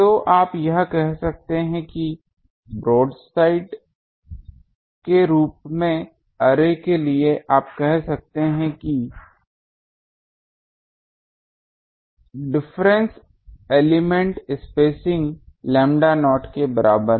तो आप यह कह सकते हैं कि ब्रोडसाइड रूप से अर्रेस के लिए आप कह सकते हैं कि अंतर एलिमेंट स्पेसिंग लैम्ब्डा नॉट के बराबर है